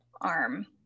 arm